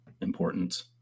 importance